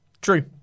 True